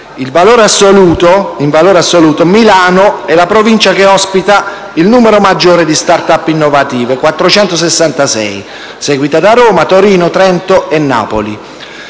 In valore assoluto, Milano è la provincia che ospita il numero maggiore di *start-up* innovative, 466; seguono Roma, Torino, Trento e Napoli.